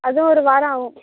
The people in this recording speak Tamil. அதுவும் ஒரு வாரம் ஆவும்